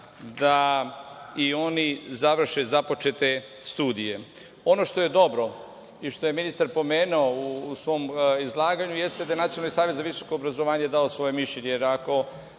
da i oni završe započete studije. Ono što je dobro i što je ministar pomenuo u svom izlaganju jeste da je Nacionalni savet za visoko obrazovanje dao svoje mišljenje,